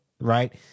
right